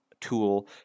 tool